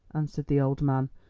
answered the old man,